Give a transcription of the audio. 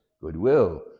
Goodwill